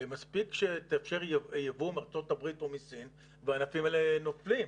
שמספיק שתאפשר יבוא מארצות הברית או מסין והענפים האלה נופלים.